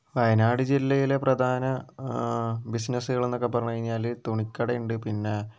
വയനാട് ജില്ലയിലെ പ്രധാന ബിസിനസ്സുകളെന്നൊക്കെ പറഞ്ഞുകഴിഞ്ഞാല് തുണികടയുണ്ട് പിന്നേ